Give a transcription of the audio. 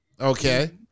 okay